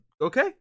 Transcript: Okay